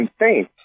insane